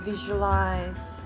Visualize